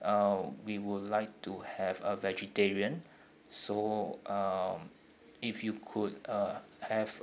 uh we would like to have uh vegetarian so um if you could uh have